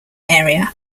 area